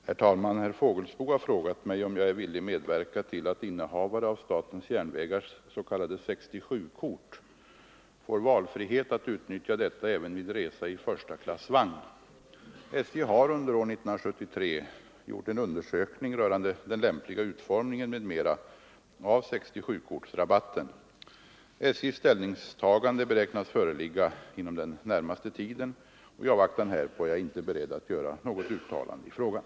Herr talman! Herr Fågelsbo har frågat mig om jag är villig medverka till att innehavare av statens järnvägars s.k. 67-kort får valfrihet att utnyttja detta även vid resa i förstaklassvagn. SJ har under år 1973 gjort en undersökning rörande den lämpliga utformningen m.m. av 67-kortsrabatten. SJ:s ställningstagande beräknas föreligga inom den närmaste tiden. I avvaktan härpå är jag inte beredd att göra något uttalande i frågan.